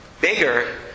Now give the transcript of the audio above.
bigger